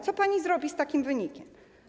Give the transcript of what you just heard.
Co pani zrobi z takim wynikiem?